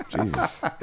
Jesus